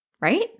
Right